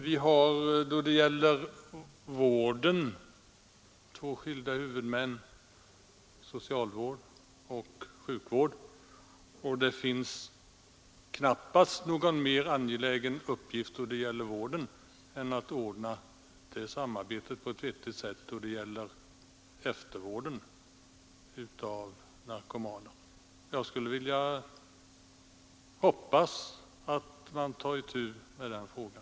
Vad beträffar vården har vi två skilda huvudmän — primärkommunerna, som är huvudmän för socialvården, och landstingen, som är huvudmän för sjukvården, och det finns knappast någon mer angelägen uppgift än att ordna samarbetet när det gäller eftervården av narkomaner på ett vettigt sätt. Jag hoppas att man tar itu med frågan.